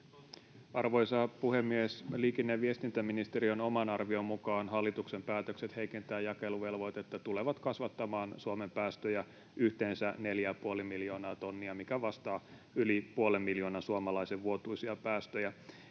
Arvoisa puhemies! Liikenne- ja viestintäministeriön oman arvion mukaan hallituksen päätökset heikentää jakeluvelvoitetta tulevat kasvattamaan Suomen päästöjä yhteensä 4,5 miljoonaa tonnia, mikä vastaa yli puolen miljoonan suomalaisen vuotuisia päästöjä.